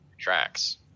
tracks